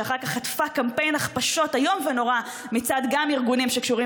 שאחר כך חטפה קמפיין הכחשות איום ונורא גם מצד ארגונים שקשורים